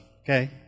Okay